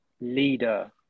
leader